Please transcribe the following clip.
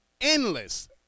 endless